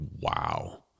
wow